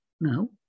No